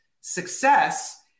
success